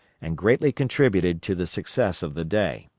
and greatly contributed to the success of the day.